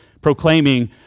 proclaiming